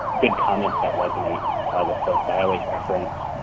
good comments that resonate with folks i always reference